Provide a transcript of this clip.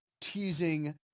teasing